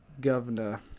governor